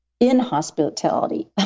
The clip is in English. inhospitality